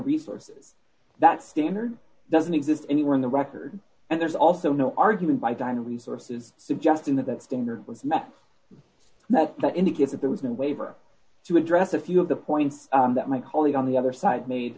resource that standard doesn't exist anywhere in the record and there's also no argument by design resources suggesting that that standard was met that indicate that there was no waiver to address a few of the points that my colleague on the other side made